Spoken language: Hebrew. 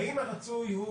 האם הרצוי הוא